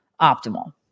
optimal